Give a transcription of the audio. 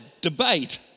debate